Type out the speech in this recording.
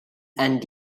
and